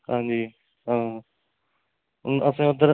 हांजी हां असें उद्धर